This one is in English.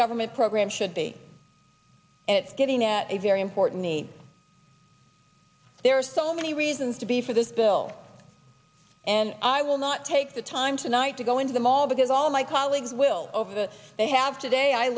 government program should be getting at a very important need there are so many reasons to be for this bill and i will not take the time tonight to go into the mall because all of my colleagues will over that they have today i